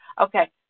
Okay